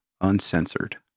uncensored